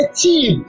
team